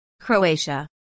Croatia